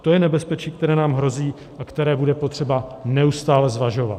To je nebezpečí, které nám hrozí a které bude potřeba neustále zvažovat.